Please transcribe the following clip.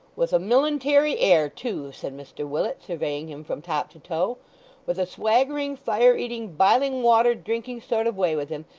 with a milintary air, too said mr willet, surveying him from top to toe with a swaggering, fire-eating, biling-water drinking sort of way with him!